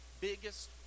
biggest